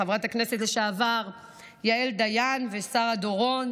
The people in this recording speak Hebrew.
חברות הכנסת לשעבר יעל דיין ושרה דורון,